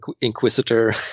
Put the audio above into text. inquisitor